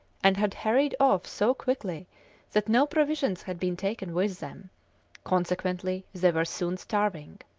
and had hurried off so quickly that no provisions had been taken with them consequently they were soon starving.